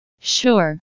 sure